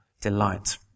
delight